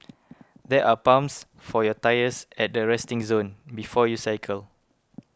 there are pumps for your tyres at the resting zone before you cycle